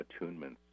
attunements